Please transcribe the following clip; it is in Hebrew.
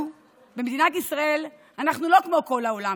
ובמדינת ישראל אנחנו לא כמו כל העולם,